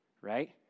right